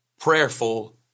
prayerful